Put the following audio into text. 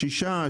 6%,